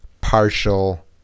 partial